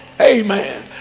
amen